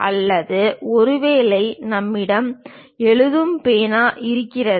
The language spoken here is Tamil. அல்லது ஒருவேளை நம்மிடம் எழுதும் பேனா இருக்கிறது